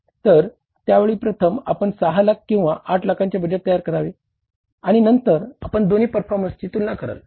तर त्या वेळी प्रथम आपण 6 लाख किंवा 8 लाखांचे बजेट तयार करावे आणि नंतर आपण दोन्ही परफॉरमेंसेसची तुलना कराल